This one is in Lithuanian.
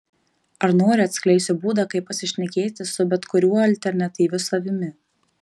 ar nori atskleisiu būdą kaip pasišnekėti su bet kuriuo alternatyviu savimi